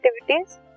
activities